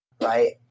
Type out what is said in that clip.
right